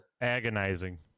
Agonizing